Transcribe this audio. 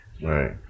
Right